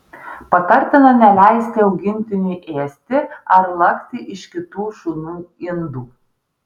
patartina neleisti augintiniui ėsti ar lakti iš kitų šunų indų